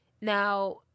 Now